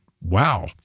wow